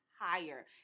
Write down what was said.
higher